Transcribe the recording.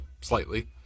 slightly